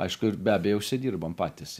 aišku ir be abejo užsidirbam patys